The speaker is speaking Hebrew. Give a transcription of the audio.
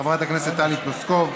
חברת הכנסת טלי פלוסקוב,